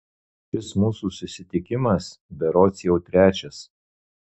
šis mūsų susitikimas berods jau trečias